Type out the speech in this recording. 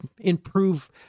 improve